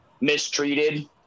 mistreated